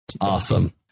Awesome